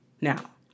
Now